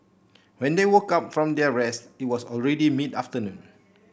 when they woke up from their rest it was already mid afternoon